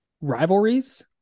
rivalries